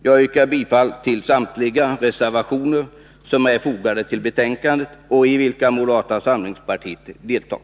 Jag yrkar bifall till samtliga reservationer som är fogade till betänkandet och i vilka moderata samlingspartiet deltar.